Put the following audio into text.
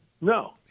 No